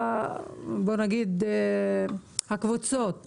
הקבוצות,